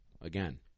again